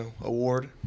award